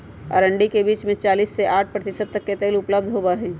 अरंडी के बीज में चालीस से साठ प्रतिशत तक तेल उपलब्ध होबा हई